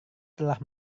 telah